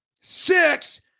six